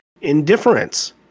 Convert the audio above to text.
indifference